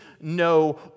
no